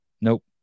nope